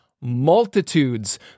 multitudes